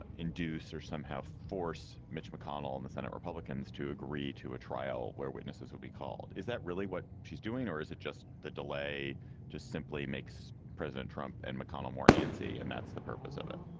ah induce or somehow force mitch mcconnell and the senate republicans to agree to a trial where witnesses witnesses would be called. is that really what she's doing or is it just the delay just simply makes president trump and mcconnell more antsy? and that's the purpose of it.